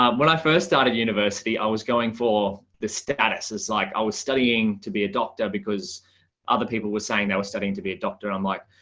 um when i first started university i was going for the status is like i was studying to be a doctor because other people were saying i was studying to be a doctor. i'm like,